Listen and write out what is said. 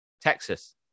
Texas